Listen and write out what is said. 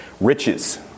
Riches